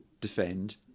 defend